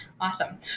Awesome